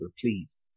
Please